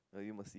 no you must see it